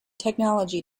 technology